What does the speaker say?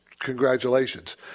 Congratulations